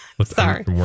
Sorry